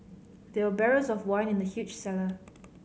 there were barrels of wine in the huge cellar